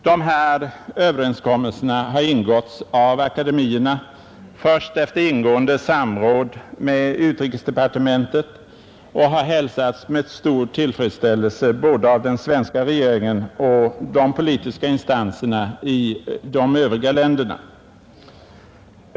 Dessa överenskommelser har träffats av akademierna först efter ingående samråd med utrikesdepartementet och har hälsats med stor tillfredsställelse av både den svenska regeringen och de politiska institutionerna i de övriga länderna.